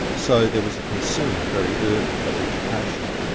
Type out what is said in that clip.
so there was a concern very early for education.